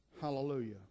Hallelujah